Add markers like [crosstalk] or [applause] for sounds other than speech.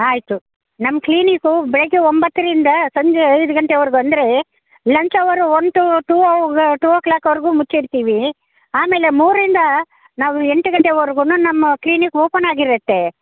ಆಯಿತು ನಮ್ಮ ಕ್ಲಿನಿಕು ಬೆಳಗ್ಗೆ ಒಂಬತ್ತರಿಂದ ಸಂಜೆ ಐದು ಗಂಟೆವರೆಗೂ ಅಂದರೆ ಲಂಚ್ ಅವರು one to two [unintelligible] two o'clock ವರೆಗೂ ಮುಚ್ಚಿರ್ತೀವಿ ಆಮೇಲೆ ಮೂರರಿಂದ ನಾವು ಎಂಟು ಗಂಟೆವರೆಗೂ ನಮ್ಮ ಕ್ಲಿನಿಕ್ ಓಪನಾಗಿರುತ್ತೆ